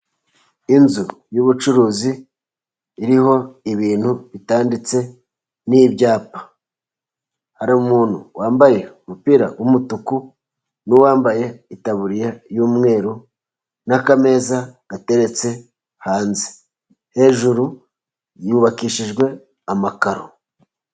Inzu y'ubucuruzi iriho ibintu bitanditse n'ibyapa, hari umuntu wambaye umupira w'umutuku n'uwambaye itaburiya y'umweru, n'akameza gateretse hanze hejuru yubakishijwe amakaro.